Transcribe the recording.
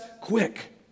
quick